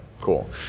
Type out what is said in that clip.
cool